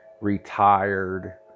retired